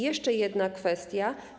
Jeszcze jedna kwestia.